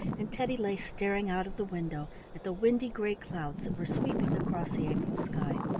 and teddy lay staring out of the window at the windy gray clouds that were sweeping across the april sky.